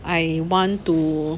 I want to